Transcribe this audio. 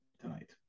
tonight